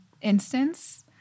instance